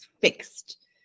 fixed